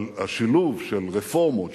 אבל השילוב של רפורמות,